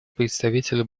представителю